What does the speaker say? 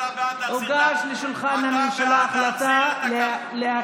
הוגשה לשולחן הממשלה החלטה, לא הבנת.